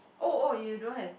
oh oh you don't have